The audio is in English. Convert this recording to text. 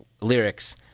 lyrics